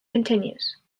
continues